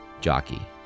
jockey